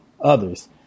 others